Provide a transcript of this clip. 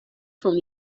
from